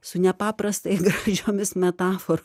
su nepaprastai gražiomis metafor